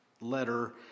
letter